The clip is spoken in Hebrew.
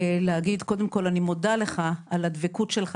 קודם כל אני מודה לך על הדבקות שלך